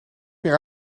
meer